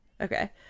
okay